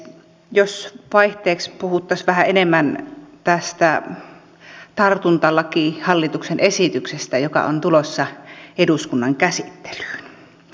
jos vaihteeksi puhuttaisiin vähän enemmän tästä hallituksen esityksestä tartuntatautilaiksi joka on tulossa eduskunnan käsittelyyn